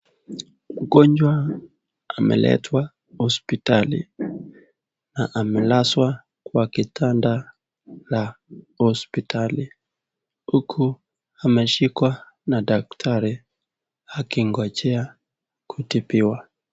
Mgonjwa ameletwa hospitali, amelazwa kwa kitanda la hospitali huku ameshikwa na daktari akingojea kutibiwa.